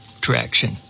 traction